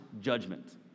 judgment